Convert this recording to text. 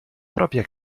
propria